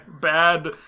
bad